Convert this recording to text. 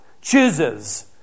chooses